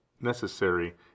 necessary